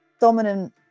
dominant